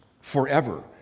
forever